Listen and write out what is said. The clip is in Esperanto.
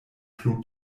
plu